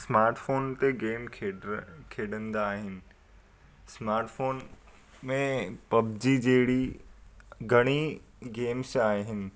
smartphone ते game खेॾ्र खेॾंदा आहिनि स्माटफोन में पब्जी जहिड़ी घणी गेम्स आहिनि